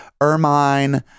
Ermine